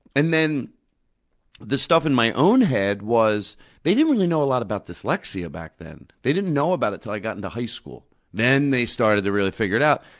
and then the stuff in my own head was they didn't really know a lot about dyslexia back then. they didn't know about it till i got into high school. then they started to really figure it out.